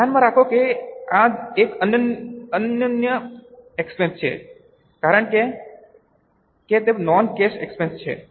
ધ્યાનમાં રાખો કે આ એક અનન્ય એક્સપેન્સ છે કારણ કે તે નોન કેશ એક્સપેન્સ છે